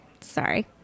Sorry